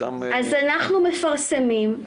אנחנו מפרסמים.